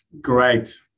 great